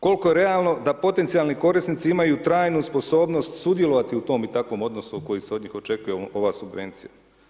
Koliko je realno da potencijalni korisnici imaju trajnu sposobnost sudjelovati u tom i takvom odnosu koji se od njih očekuje, ova subvencija?